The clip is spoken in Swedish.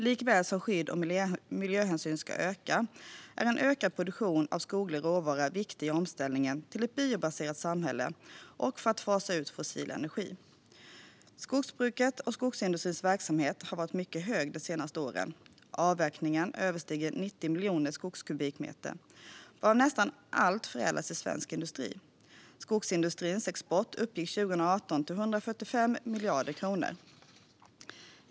Likaväl som skydd och miljöhänsyn ska öka är en ökad produktion av skoglig råvara viktig i omställningen till ett biobaserat samhälle och för att fasa ut fossil energi. Skogsbrukets och skogsindustrins verksamhet har varit mycket hög de senaste åren. Avverkningen överstiger 90 miljoner skogskubikmeter, varav nästan allt förädlas i svensk industri. Skogsindustrins export uppgick 2018 till 145 miljarder kronor.